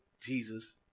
Jesus